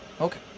Okay